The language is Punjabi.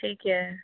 ਠੀਕ ਹੈ